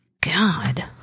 god